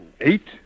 Eight